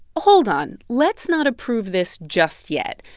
hold on let's not approve this just yet.